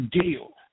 deal